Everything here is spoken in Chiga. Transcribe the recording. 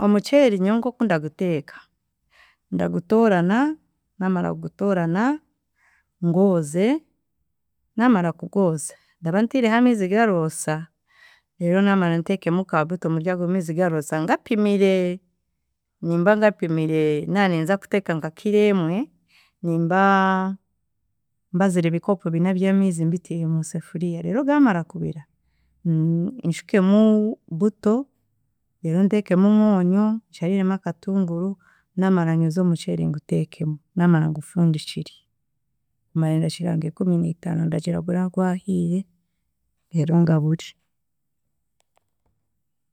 Omuceeri nyowe nk’okundaguteeka, ndagutoraana, naamara kugutoraana, ngwoze, naamara kugwoza, ndaba ntiriho amiizi garoosa, reero naamara ntekemu ka buto mwaryago miizi garoosa ngapimire, nimba nga pimire naninza kuteeka nka kiro emwe nimba mbazire ebikopo bina by'amiizi mbitire musefuriya, reero gamara kubira nshukemu buto reero ntekemu omwonyo, nshariremu akatunguru, naamara nyooze omuceeri ngutekemu, naamara ngufundikire maare endakiika nka ikumi nitaano ndagira gura gwahire reero ngabure.